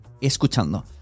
escuchando